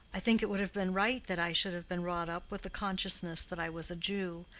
i think it would have been right that i should have been brought up with the consciousness that i was a jew,